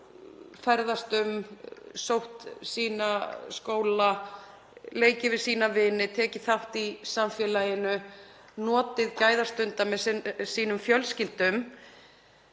ferðast um, sótt sína skóla, leikið við sína vini, tekið þátt í samfélaginu, notið gæðastunda með sínum fjölskyldum.